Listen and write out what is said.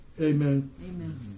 amen